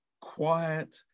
quiet